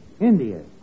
India